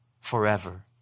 forever